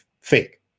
fake